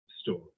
story